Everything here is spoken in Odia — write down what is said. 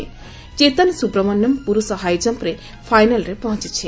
ଚେତନ ସୁବ୍ରମଣ୍ୟମ୍ ପୁରୁଷ ହାଇ ଜମ୍ପରେ ଫାଇନାଲରେ ପହଞ୍ଚିଛି